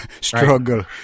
struggle